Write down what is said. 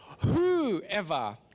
whoever